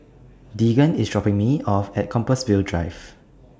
Deegan IS dropping Me off At Compassvale Drive